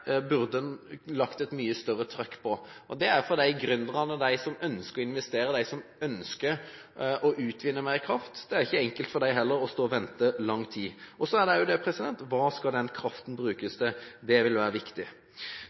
burde lagt et mye større trykk. For gründerne, som ønsker å investere, som ønsker å utvinne mer kraft, er det heller ikke enkelt å stå og vente i lang tid. Og så er det også: Hva skal kraften brukes til? Det vil være viktig.